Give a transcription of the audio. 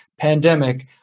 pandemic